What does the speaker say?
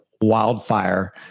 wildfire